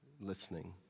listening